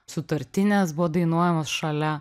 sutartinės buvo dainuojamos šalia